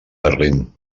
berlín